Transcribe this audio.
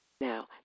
Now